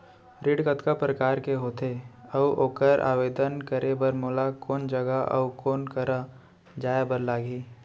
ऋण कतका प्रकार के होथे अऊ ओखर आवेदन करे बर मोला कोन जगह अऊ कोन करा जाए बर लागही?